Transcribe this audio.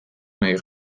nahi